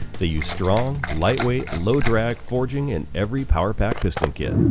they use strong, lightweight low drag forging in every power pack piston kit.